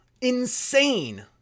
Insane